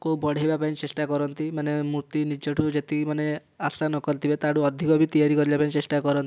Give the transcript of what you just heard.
କୁ ବଢ଼େଇବା ପାଇଁ ଚେଷ୍ଟା କରନ୍ତି ମାନେ ମୂର୍ତ୍ତି ନିଜଠୁ ଯେତିକି ମାନେ ଆଶା ନ କରି ଥିବେ ତାଠୁ ଅଧିକ ବି ତିଆରି କରିବା ପାଇଁ ଚେଷ୍ଟା କରନ୍ତି